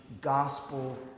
gospel